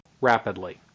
rapidly